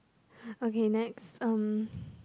okay next um